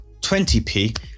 20p